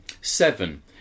seven